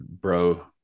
bro